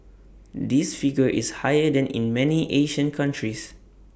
this figure is higher than in many Asian countries